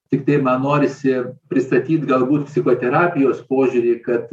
tiktai man norisi pristatyt galbūt psichoterapijos požiūrį kad